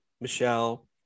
michelle